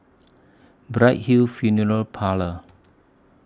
Bright Hill Funeral Parlour